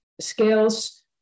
skills